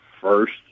first